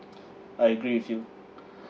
I agree with you